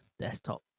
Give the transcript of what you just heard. desktop